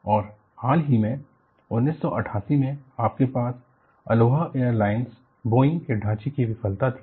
और हाल ही में 1988 में आपके पास अलोहा एयरलाइंस बोइंग के ढाचे की विफलता थी